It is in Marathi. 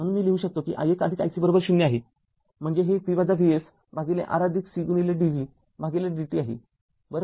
मी म्हणू शकतो कि i१ic ० आहेम्हणजेहे V Vs भागिले Rcdv भागिले dt आहे बरोबर